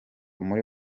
muri